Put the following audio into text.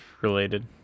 related